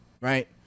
right